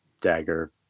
dagger